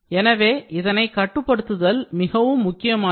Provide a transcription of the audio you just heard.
எனவே இதனை கட்டுப்படுத்துதல் மிகவும் முக்கியமானது